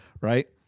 right